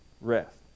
rest